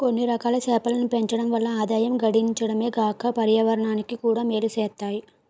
కొన్నిరకాల చేపలను పెంచడం వల్ల ఆదాయం గడించడమే కాక పర్యావరణానికి కూడా మేలు సేత్తాయి